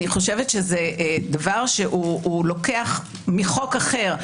אני חושבת שזה דבר שהוא לוקח מחוק אחר,